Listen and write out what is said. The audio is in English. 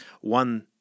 one